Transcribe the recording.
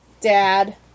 Dad